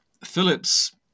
Phillips